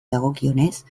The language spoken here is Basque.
dagokionez